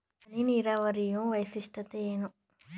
ಹನಿ ನೀರಾವರಿಯ ವೈಶಿಷ್ಟ್ಯತೆ ಏನು?